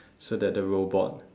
so that the robot